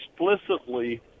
explicitly